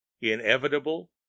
inevitable